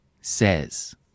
says